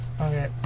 Okay